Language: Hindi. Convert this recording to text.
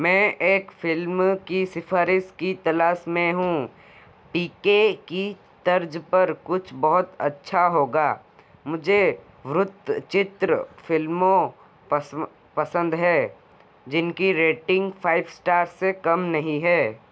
मैं एक फ़िल्म की सिफ़ारिश की तलाश में हूँ पी के की तर्ज पर कुछ बहुत अच्छा होगा मुझे वृत्तचित्र फ़िल्मों पस पसन्द हैं जिनकी रेटिन्ग फ़ाइव स्टार्स से कम नहीं है